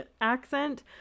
accent